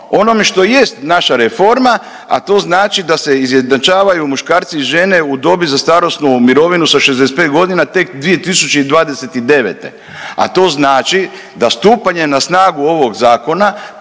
onom što jest naša reforma, a to znači da se izjednačavaju muškarci i žene u dobi za starosnu mirovinu sa 65 godina tek 2029. a to znači da stupanjem na snagu ovog zakona